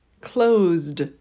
closed